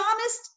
honest